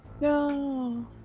No